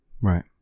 Right